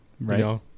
Right